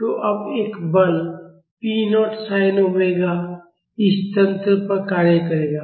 तो अब एक बल p nnaut sin omega tp0sinωt इस तंत्र पर कार्य करेगा